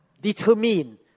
determine